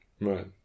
Right